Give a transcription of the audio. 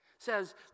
says